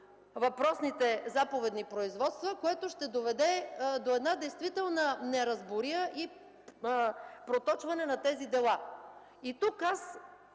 въпросните заповедни производства, което ще доведе до действителна неразбория и проточване на тези дела. Ще задам